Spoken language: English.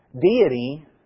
deity